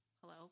hello